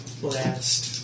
blast